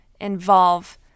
involve